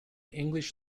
english